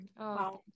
Wow